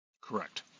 Correct